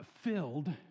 filled